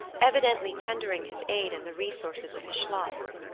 evidently tendering his aid and the resources of his schloss.